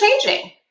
changing